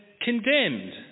condemned